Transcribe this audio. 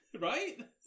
right